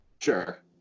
Sure